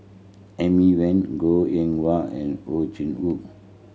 Amy Van Goh Eng Wah and Ow Chin Hock